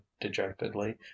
dejectedly